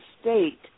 state